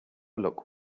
look